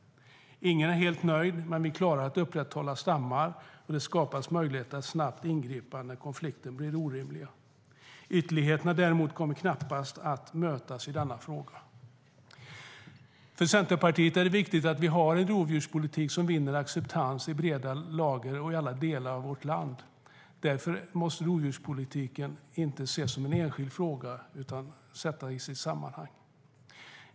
Ingen är helt nöjd, men vi klarar att upprätthålla stammar, och det skapas möjligheter att snabbt ingripa när konflikterna blir orimliga. Ytterligheterna kommer däremot knappast att mötas i denna fråga. För Centerpartiet är det är viktigt att vi har en rovdjurspolitik som vinner acceptans i breda lager och i alla delar av vårt land. Därför kan rovdjurspolitiken inte ses som en enskild fråga utan måste sättas i sitt sammanhang.